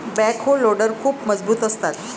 backhoe loader खूप मजबूत असतात